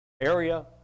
area